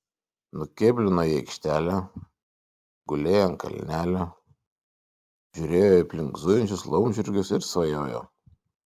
nukėblino į aikštelę gulėjo ant kalnelio žiūrėjo į aplink zujančius laumžirgius ir svajojo